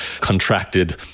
contracted